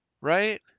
right